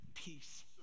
peace